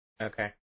Okay